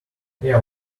yeah